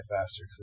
faster